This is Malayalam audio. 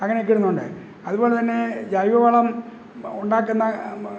അങ്ങനെയൊക്കെ ഇടുന്നുണ്ട് അതുപോലെതന്നെ ജൈവവളം ഉണ്ടാക്കുന്ന